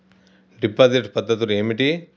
Deposit పద్ధతులు ఏమిటి?